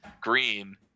green